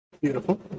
Beautiful